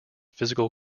physical